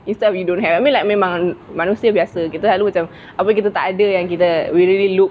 instead of we don't have I mean like memang manusia biasa kita selalu macam apa yang kita tak ada we really look